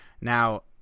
Now